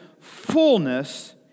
fullness